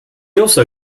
also